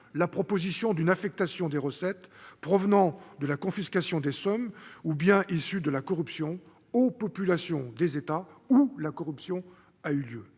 Sueur : l'affectation des recettes provenant de la confiscation des sommes ou biens issus de la corruption aux populations des États où la corruption a eu lieu.